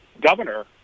governor